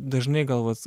dažnai gal vat